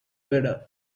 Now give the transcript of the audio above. better